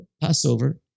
Passover